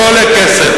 לא עולה כסף.